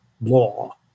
law